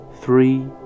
Three